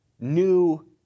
new